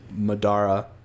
Madara